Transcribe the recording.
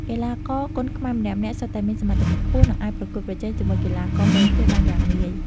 កីឡាករគុណខ្មែរម្នាក់ៗសុទ្ធតែមានសមត្ថភាពខ្ពស់ និងអាចប្រកួតប្រជែងជាមួយកីឡាករបរទេសបានយ៉ាងងាយ។